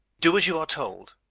do as you are told.